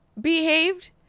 behaved